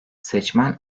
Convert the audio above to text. seçmen